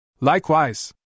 Likewise